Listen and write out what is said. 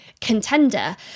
contender